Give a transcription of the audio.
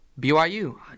BYU